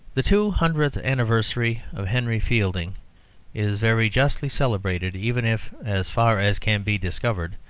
the two hundredth anniversary of henry fielding is very justly celebrated, even if, as far as can be discovered,